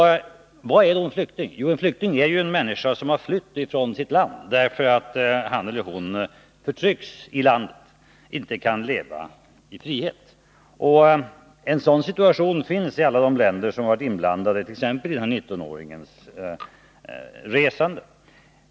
Vad är då en flykting? Jo, en flykting är en människa som har flytt från sitt land, därför att han eller hon förtrycks i sitt land och inte kan leva i frihet. En sådan situation föreligger i alla de länder som varit inblandade t.ex. beträffande den här 19-åringens resande.